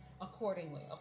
accordingly